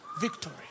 victory